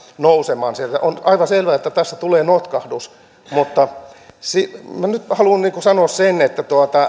nousemaan sieltä on aivan selvää että tässä tulee notkahdus mutta nyt haluan sanoa sen että